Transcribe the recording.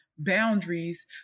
boundaries